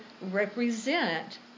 represent